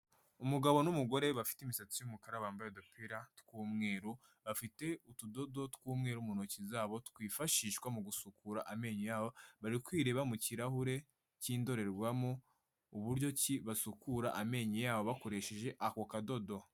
Umugabo nu mugore bafite imisatsi y'umukara bambaye udupira tw'umweru, bafite utudodo tw'umweru mu ntoki zabo twifashishwa mu gusukura amenyo bari kwirebaba mu kirahure cyindorerwamo, uburyo ki basukura amenyo yabo bakoresheje ako kadodo.